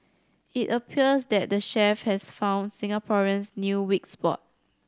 it appears that the chef has found Singaporeans'new weak spot